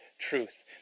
truth